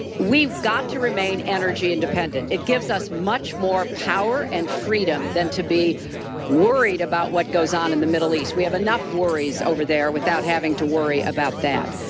we've got to remain energy independent. it gives us much more power and freedom than to be worried about what goes on in the middle east. we have enough worried over there without having to worry about that.